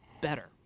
better